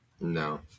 No